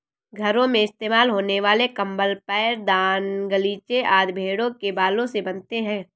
घरों में इस्तेमाल होने वाले कंबल पैरदान गलीचे आदि भेड़ों के बालों से बनते हैं